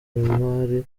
z’imari